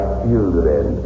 children